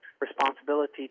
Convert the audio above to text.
responsibility